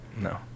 No